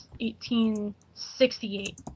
1868